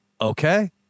Okay